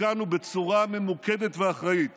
השקענו בצורה ממוקדת ואחראית